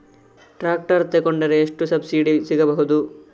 Tractor ತೊಕೊಂಡರೆ ಎಷ್ಟು subsidy ಸಿಗಬಹುದು?